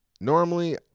normally